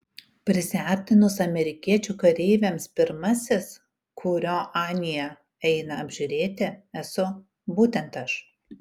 prisiartinus amerikiečių kareiviams pirmasis kurio anie eina apžiūrėti esu būtent aš